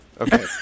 Okay